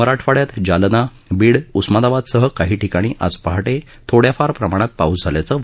मराठवाइयात जालना बीड उस्मानाबादसह काही ठिकाणी आज पहाटे थोइयाफार प्रमाणात पाऊस झाल्याचं वृत आहे